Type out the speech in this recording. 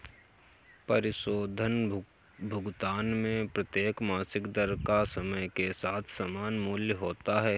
परिशोधन भुगतान में प्रत्येक मासिक दर का समय के साथ समान मूल्य होता है